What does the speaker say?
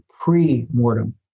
pre-mortem